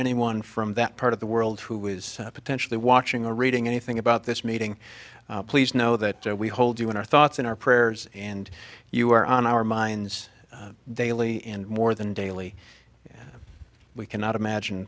anyone from that part of the world who is potentially watching or reading anything about this meeting please know that we hold you in our thoughts in our prayers and you are on our minds daily and more than daily we cannot imagine